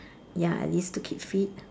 ya I used to keep fit